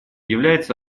является